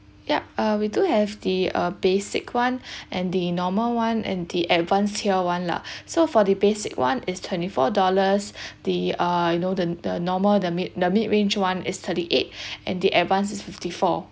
yup uh we do have the uh basic one and the normal [one] and the advance here [one] lah so for the basic [one] is twenty-four dollars the are you know the the normal the mid the mid range [one] is thirty-eight and the advance is fifty-four